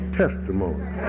testimony